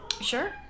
Sure